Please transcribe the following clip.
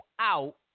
out